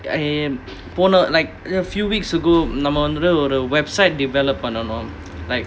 I am போன:pona like a few weeks ago நம்ம வந்துட்டு ஒரு:namma vanthuttu oru website development பண்ணனும்:pannanum like